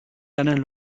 ganan